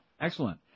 excellent